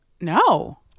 no